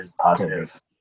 positive